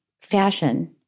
fashion